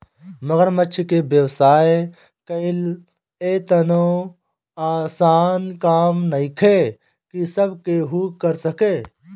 मगरमच्छ के व्यवसाय कईल एतनो आसान काम नइखे की सब केहू कर सके